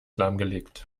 lahmgelegt